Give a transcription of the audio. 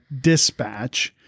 dispatch